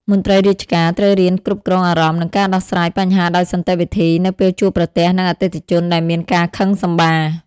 មន្ត្រីរាជការត្រូវរៀនគ្រប់គ្រងអារម្មណ៍ និងការដោះស្រាយបញ្ហាដោយសន្តិវិធី នៅពេលជួបប្រទះនឹងអតិថិជនដែលមានការខឹងសម្បារ។